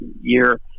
year